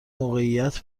موقعیت